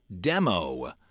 demo